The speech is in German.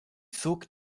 zog